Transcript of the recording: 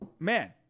Man